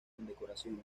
condecoraciones